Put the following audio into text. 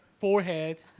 Forehead